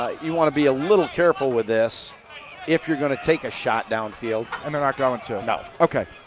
you want to be a little careful with this if you are gonna take a shot downfield. and they're not going to. no okay,